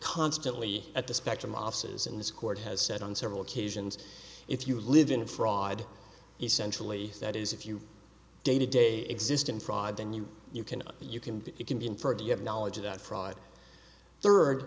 constantly at the spectrum offices in this court has said on several occasions if you live in fraud essentially that is if you day to day exist in fraud then you you can you can you can be inferred you have knowledge of that fraud third